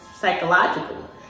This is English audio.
psychological